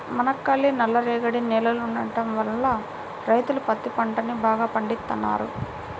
మనకల్లి నల్లరేగడి నేలలుండటం వల్ల రైతులు పత్తి పంటని బాగా పండిత్తన్నారు